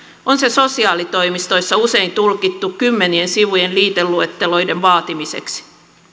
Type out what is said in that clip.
on se sosiaalitoimistoissa usein tulkittu kymmenien sivujen liiteluetteloiden vaatimiseksi